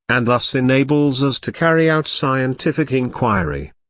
and thus enables us to carry out scientific enquiry.